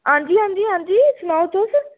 हांजी हांजी हांजी सनाओ तुस